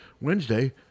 Wednesday